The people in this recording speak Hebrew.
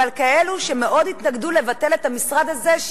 אבל כאלה שמאוד התנגדו לביטול המשרד הזה,